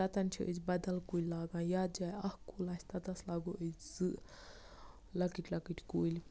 تَتَن چھِ أسۍ بَدل کُلۍ لاگان یَتھ جایہِ اَکھ کُل آسہِ تَتَس لاگو أسۍ زٕ لَکٕٹۍ لَکٕٹۍ کُلۍ